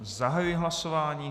Zahajuji hlasování.